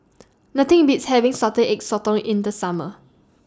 Nothing Beats having Salted Egg Sotong in The Summer